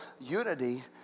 unity